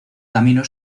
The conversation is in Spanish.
camino